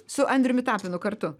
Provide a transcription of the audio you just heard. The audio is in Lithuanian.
su andriumi tapinu kartu